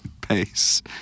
pace